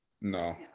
No